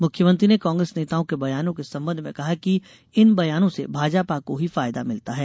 मुख्यमंत्री ने कांग्रेस नेताओं के बयानों के सम्बंध में कहा कि इन बयानों से भाजपा को ही फायदा मिलता है